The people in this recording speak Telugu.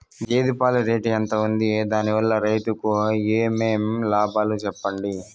గేదె పాలు రేటు ఎంత వుంది? దాని వల్ల రైతుకు ఏమేం లాభాలు సెప్పండి?